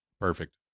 Perfect